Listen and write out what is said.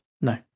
No